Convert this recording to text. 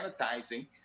sanitizing